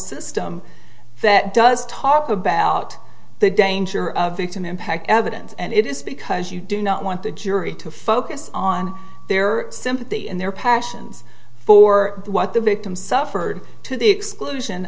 system that does talk about the danger of victim impact evidence and it is because you do not want the jury to focus on their sympathy and their passions for what the victim suffered to the exclusion